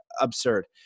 absurd